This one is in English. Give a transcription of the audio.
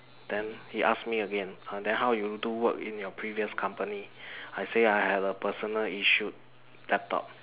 then he ask me again !huh! then how you do work in your previous company I say I had a personal issued laptop